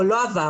או לא עבר,